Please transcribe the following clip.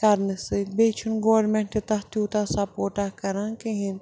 کَرنہٕ سۭتۍ بیٚیہِ چھُنہٕ گورمٮ۪نٛٹ تہِ تَتھ تیوٗتاہ سپوٹا کران کِہیٖنۍ